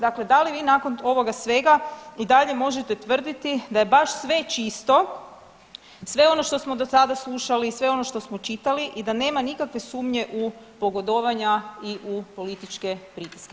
Dakle, da li vi nakon ovoga svega i dalje možete tvrditi da je baš sve čisto, sve ono što smo do sada slušali, sve ono što smo čitali i da nema nikakve sumnje u pogodovanja i u političke pritiske.